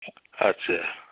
আচ্ছা